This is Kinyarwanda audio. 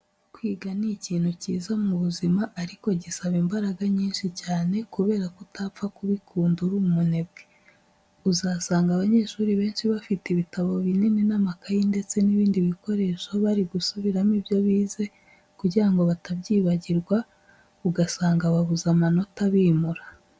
Kwiga ni ikintu cyiza mu buzima ariko gisaba imbara nyinshi cyane kubera ko utapfa kubikunda uri umunebwe. Uzasanga abanyeshuri benshi bafite ibitabo binini n'amakayi ndetse n'ibindi bikoresho bari gusubiramo ibyo bize, kugira ngo batabyibagirwa ugasanga babuze amanota abimura.